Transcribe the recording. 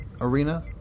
arena